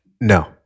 No